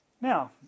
Now